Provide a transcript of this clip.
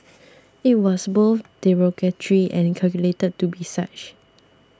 it was both derogatory and calculated to be such